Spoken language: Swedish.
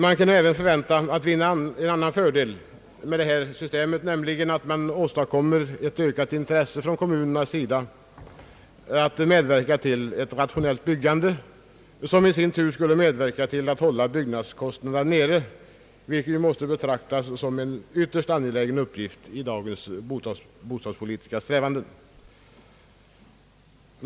Man kan även förvänta en annan fördel med detta system, nämligen att man åstadkommer ett ökat intresse från kommunernas sida att medverka till ett rationellt byggande. Detta skulle i sin tur bidra till att hålla byggnadskostnaderna nere, vilket måste betraktas som ytterst angeläget i dagens bostadspolitiska strävanden.